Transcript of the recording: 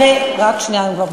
רק שנייה.